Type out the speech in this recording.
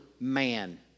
man